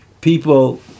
people